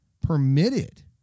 permitted